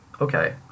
Okay